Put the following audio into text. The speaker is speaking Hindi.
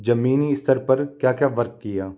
ज़मीनी स्तर पर क्या क्या वर्क किया